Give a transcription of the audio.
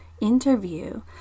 interview